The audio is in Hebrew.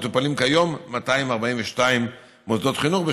מטופלים כיום 242 מוסדות חינוך,